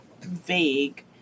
vague